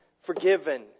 forgiven